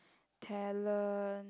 talent